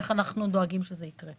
איך אנחנו דואגים שזה יקרה.